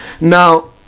Now